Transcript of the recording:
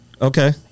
okay